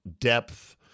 depth